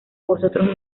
vosotros